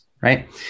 right